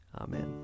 Amen